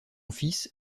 fils